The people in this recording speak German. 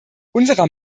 unserer